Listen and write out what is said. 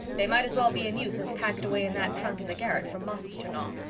they might as well be in use as packed away in that trunk in the garret for moths to gnaw.